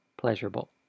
Pleasurable